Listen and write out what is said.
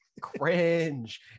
Cringe